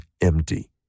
empty